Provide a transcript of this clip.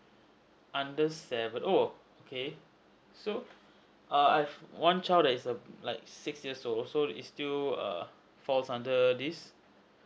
under seven oh okay so err I have one child that is um like six years old so it's still err falls under this